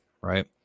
right